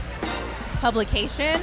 publication